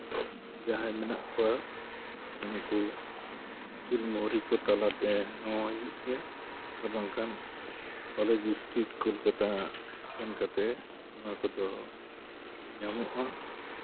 ᱡᱟᱦᱟᱸᱭ ᱢᱮᱱᱟᱜ ᱠᱚᱣᱟ ᱩᱱᱠᱩ ᱩᱠᱤᱞ ᱢᱳᱦᱨᱤ ᱠᱚ ᱛᱟᱞᱟᱛᱮ ᱦᱚᱸ ᱦᱩᱭᱩᱜ ᱜᱮᱭᱟ ᱟᱨ ᱵᱟᱝᱠᱷᱟᱱ ᱠᱚᱞᱮᱡᱽ ᱤᱥᱴᱨᱤᱴ ᱠᱳᱞᱠᱟᱛᱟ ᱥᱮᱱ ᱠᱟᱛᱮᱫ ᱱᱚᱣᱟ ᱠᱚᱫᱚ ᱧᱟᱢᱚᱜᱼᱟ